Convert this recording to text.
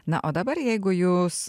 na o dabar jeigu jūs